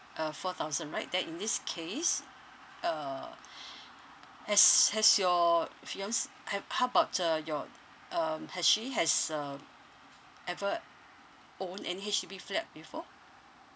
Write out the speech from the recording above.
uh four thousand right then in this case uh as has your fianc~ ha~ how about uh your um has she has um ever owned any H_D_B flat before